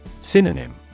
Synonym